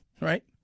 right